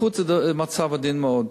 רוקחות זה מצב עדין מאוד.